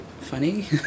funny